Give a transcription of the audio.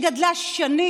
תמר זנדברג ברחה?